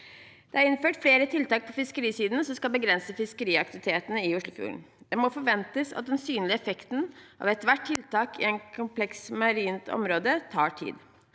Det er innført flere tiltak på fiskerisiden som skal begrense fiskeriaktivitetene i Oslofjorden. Det må forventes at den synlige effekten av ethvert tiltak i et komplekst marint område tar tid.